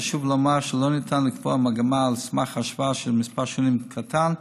חשוב לומר שלא ניתן לקבוע מגמה על סמך השוואה של מספר שנים קטן,